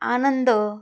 आनंद